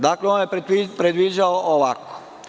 Dakle, on je predviđao ovako.